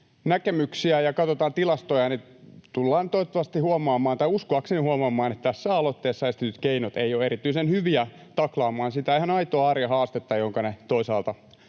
näkemyksiä ja katsotaan tilastoja, niin tullaan toivottavasti huomaamaan, tai uskoakseni huomaamaan, että tässä aloitteessa esitetyt keinot eivät ole erityisen hyviä taklaamaan sitä ihan aitoa arjen haastetta, jonka aloitteet toisaalta